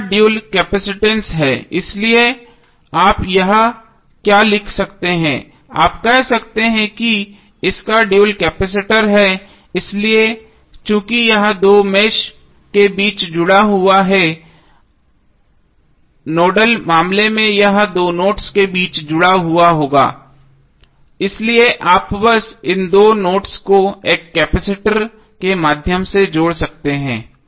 इस का dual capacitance है इसलिए आप यहां क्या लिख सकते हैं आप कह सकते हैं कि इस का ड्यूल कैपेसिटर है इसलिए चूंकि यह दो मेष के बीच जुड़ा हुआ है नोडल मामले में यह दो नोड्स के बीच जुड़ा होगा इसलिए आप बस इन दो नोड्स को एक कैपेसिटर के माध्यम से जोड़ सकते हैं